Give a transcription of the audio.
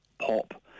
pop